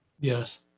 Yes